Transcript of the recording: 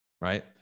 right